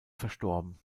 verstorben